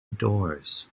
doors